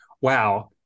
wow